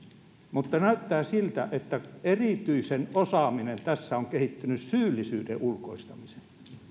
mutta näyttää siltä että erityinen osaaminen on tässä kehittynyt syyllisyyden ulkoistamiseen